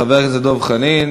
חבר הכנסת דב חנין.